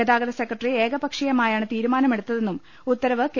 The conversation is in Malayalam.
ഗതാഗത സെക്രട്ടറി ഏകപക്ഷീയമായാണ് തീരുമാനമെടുത്തതെന്നും ഉത്തരവ് കെ